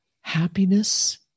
happiness